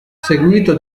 seguito